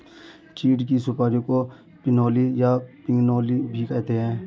चीड़ की सुपारी को पिनोली या पिगनोली भी कहते हैं